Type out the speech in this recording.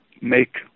make